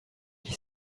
qui